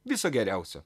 viso geriausio